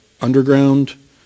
underground